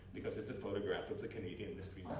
because it's a photograph of the canadian mystery